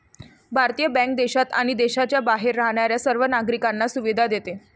भारतीय बँक देशात आणि देशाच्या बाहेर राहणाऱ्या सर्व नागरिकांना सुविधा देते